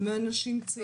מאנשים צעירים.